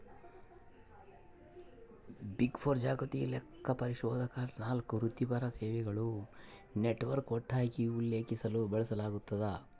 big four ಜಾಗತಿಕ ಲೆಕ್ಕಪರಿಶೋಧಕ ನಾಲ್ಕು ವೃತ್ತಿಪರ ಸೇವೆಗಳ ನೆಟ್ವರ್ಕ್ ಒಟ್ಟಾಗಿ ಉಲ್ಲೇಖಿಸಲು ಬಳಸಲಾಗ್ತದ